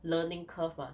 learning curve mah